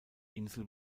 insel